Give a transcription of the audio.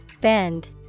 Bend